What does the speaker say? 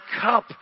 cup